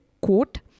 quote